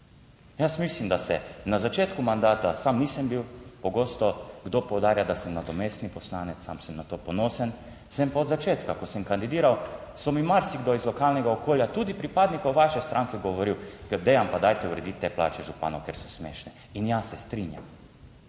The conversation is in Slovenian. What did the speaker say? Jaz mislim, da se na začetku mandata, sam nisem bil pogosto kdo poudarja, da sem nadomestni poslanec, sam sem na to ponosen, sem pa od začetka, ko sem kandidiral so mi marsikdo iz lokalnega okolja, tudi pripadnikov vaše stranke govoril, ker pa dajte urediti te plače županov, ker so smešne. In jaz se strinjam,